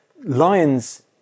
lions